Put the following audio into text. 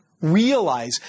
realize